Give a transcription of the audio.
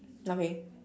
okay